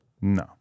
No